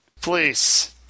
Please